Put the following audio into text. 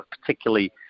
particularly